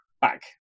back